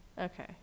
Okay